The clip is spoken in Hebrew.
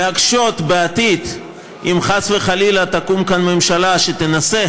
ולהקשות בעתיד, אם חס וחלילה תקום כאן ממשלה שתנסה